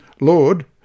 Lord